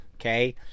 okay